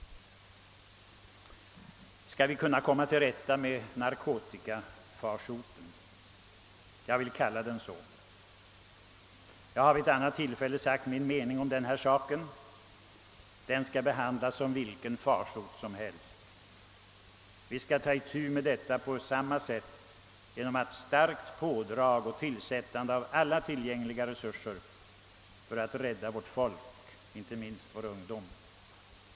Skall vi kunna komma till rätta med narkotikafarsoten — jag vill kalla den så? Jag har vid ett annat tillfälle sagt min mening om den saken. Narkotikamissbruket måste behandlas som vilken annan farsot som helst. Vi skall ta itu med den frågan genom ett starkt pådrag och insättande av alla tillgängliga resurser för att rädda vårt folk, inte minst vår ungdom.